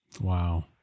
Wow